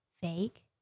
fake